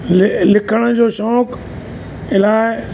ले लिखण जो शौंक़ु इलाही